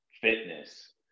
fitness